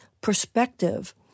perspective